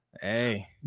Hey